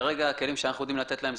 כרגע הכלים שאנחנו יודעים לתת להם,